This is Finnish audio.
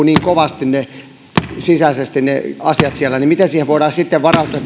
niin kovasti siellä miten voidaan sitten varautua